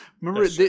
Remember